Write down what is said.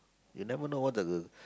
you'll never know what's the